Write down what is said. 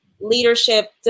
leadership